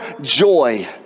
joy